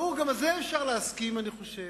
ברור, גם על זה אפשר להסכים, אני חושב.